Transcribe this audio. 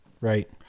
Right